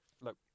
look